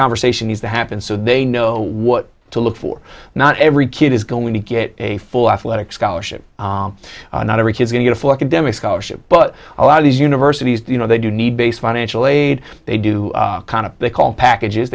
conversation needs to happen so they know what to look for not every kid is going to get a full athletic scholarship not every kid's going to look at demi scholarship but a lot of these universities you know they do need based financial aid they do kind of they call packages